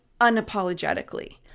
unapologetically